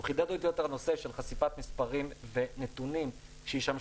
הוא חידד את הנושא של חשיפת מספרים ונתונים שישמשו